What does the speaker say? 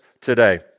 today